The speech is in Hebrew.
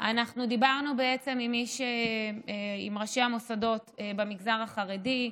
אנחנו דיברנו בעצם עם ראשי המוסדות במגזר החרדי,